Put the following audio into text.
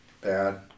bad